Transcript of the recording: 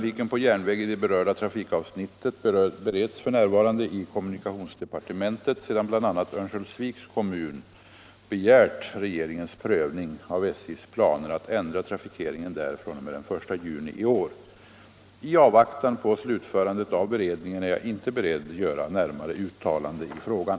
I avvaktan på slutförandet av beredningen är jag inte beredd göra närmare uttalande i frågan.